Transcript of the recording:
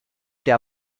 der